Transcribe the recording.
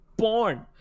Porn